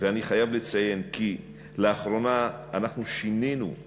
אני חייב לציין כי לאחרונה אנחנו שינינו את